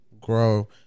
grow